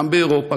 גם באירופה,